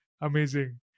Amazing